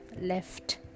left